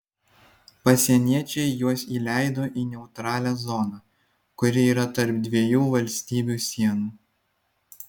pasieniečiai juos įleido į neutralią zoną kuri yra tarp dviejų valstybių sienų